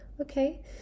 Okay